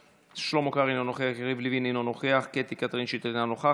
אינה נוכחת, עאידה תומא